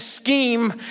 scheme